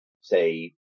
say